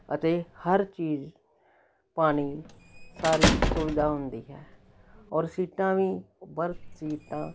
ਅਤੇ ਹਰ ਚੀਜ਼ ਪਾਣੀ ਸਾਰੀ ਸੁਵਿਧਾ ਹੁੰਦੀ ਹੈ ਔਰ ਸੀਟਾਂ ਵੀ ਓ ਬਰਥ ਸੀਟਾਂ